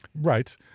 Right